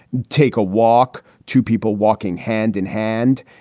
take a walk to people walking hand in hand.